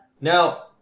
Now